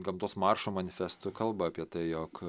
gamtos maršo manifestų kalba apie tai jog